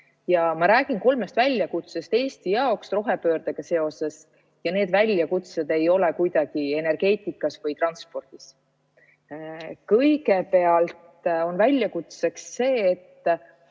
Ma räägin kolmest väljakutsest Eesti jaoks rohepöördega seoses ja need väljakutsed ei ole energeetikas või transpordis. Kõigepealt on väljakutse aru saada, et